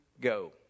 go